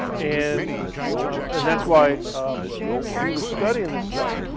and and that's why he was studying this stuff.